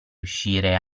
uscire